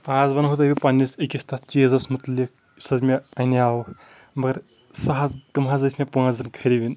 آز ونہٕ ہو تۄہہِ بہٕ پننس أکِس تتھ چیٖزس مُتعلق یُس حظ مےٚ انیاو مگر سُہ حظ تِم حظ ٲسۍ مےٚ پانزن خریٖبن